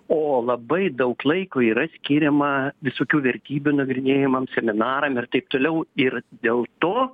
o labai daug laiko yra skiriama visokių vertybių nagrinėjimam seminaram ir taip toliau ir dėl to